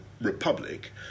Republic